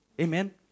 Amen